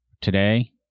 today